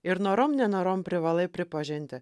ir norom nenorom privalai pripažinti